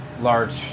large